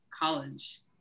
college